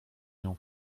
nią